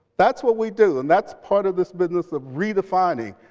that's what we do. and that's part of this business of redefining,